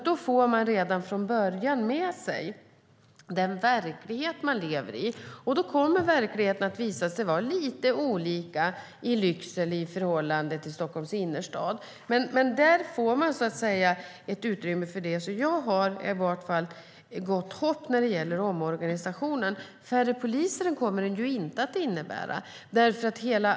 Då får man redan från början med sig den verklighet man lever i, och verkligheten kommer att visa sig vara lite olika mellan Lycksele och Stockholms innerstad. Där får man ett utrymme för det. Jag har gott hopp vad gäller omorganisationen. Färre poliser kommer den inte att innebära.